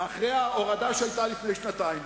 אחרי ההורדה שהיתה לפני שנתיים.